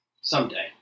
Someday